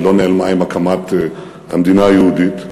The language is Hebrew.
היא לא נעלמה עם הקמת המדינה היהודית,